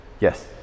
Yes